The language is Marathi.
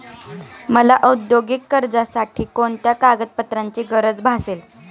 मला औद्योगिक कर्जासाठी कोणत्या कागदपत्रांची गरज भासेल?